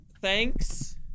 Thanks